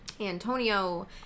Antonio